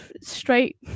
straight